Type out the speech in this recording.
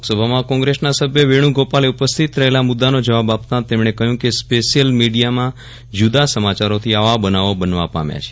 લોકસભામાં કોંગ્રેસના સભ્ય વેણુગોપાલે ઉપસ્થિત કરેલા મુદ્દાનો જવાબ આપતાં તેમકો કહ્યું કે સ્પેશીયલ મીડીયામાં જુદા સમાચારોથી આવા બનાવો બનવા પામ્યા છે